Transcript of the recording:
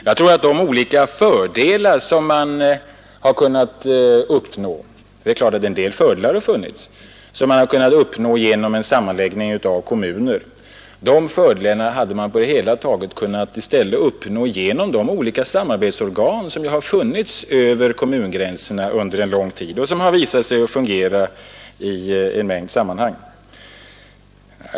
Jag tror att de olika fördelar som kunnat uppnås — för det är klart att en del fördelar funnits — genom en sammanläggning av kommuner hade man på det hela taget i stället kunnat uppnå genom de olika samarbetsorgan som verkat över kommungränserna under lång tid och som har visat sig fungera i en mängd sammanhang.